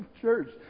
Church